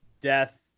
death